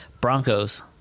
Broncos